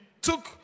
took